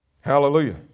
Hallelujah